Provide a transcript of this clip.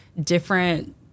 different